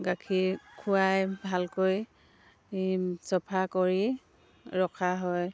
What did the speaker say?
গাখীৰ খুৱাই ভালকৈ ই চাফা কৰি ৰখা হয়